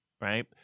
right